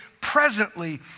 presently